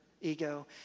ego